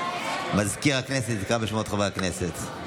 מזכיר הכנסת יקרא בשמות חברי הכנסת.